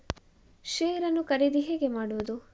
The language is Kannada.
ಶೇರ್ ನ್ನು ಖರೀದಿ ಹೇಗೆ ಮಾಡುವುದು?